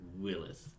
willis